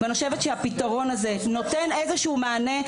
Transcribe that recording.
ואני חושבת שהפתרון הזה נותן איזה שהוא מענה.